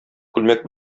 күлмәк